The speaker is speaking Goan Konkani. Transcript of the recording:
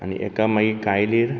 आनी एका मागीर कायलीर